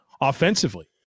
offensively